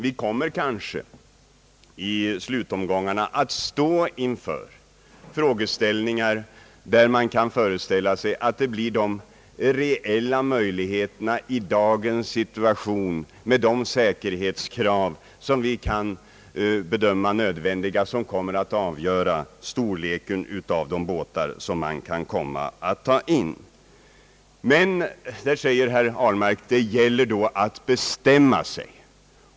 Vi kommer även i slutomgången att stå inför frågeställningar, där man kan föreställa sig att det blir de reella möjligheterna i dagens situation med de säkerhetskrav som vi kan bedöma nödvändiga, som kommer att avgöra storleken av de båtar man kan komma att släppa in. Herr Ahlmark säger att det då gäller att bestämma sig.